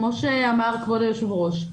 כמו שאמר היושב-ראש,